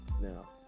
Now